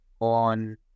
on